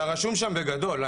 אתה רשום שם בגדול.